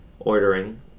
ordering